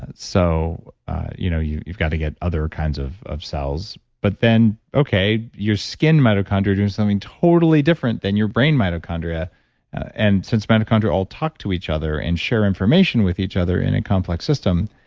and so you know you've you've got to get other kinds of of cells, but then, okay, your skin mitochondria is doing something totally different than your brain mitochondria and since mitochondria all talk to each other and share information with each other in a complex system,